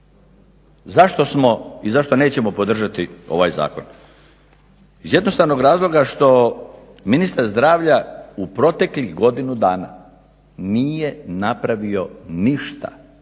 Zašto smo i zašto nećemo podržati ovaj zakon? Iz jednostavnog razloga što ministar zdravlja u proteklih godinu dana nije napravio ništa,